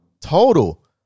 total